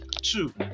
two